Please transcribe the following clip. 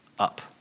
up